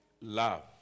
love